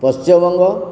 Paschimbanga